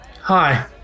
hi